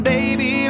Baby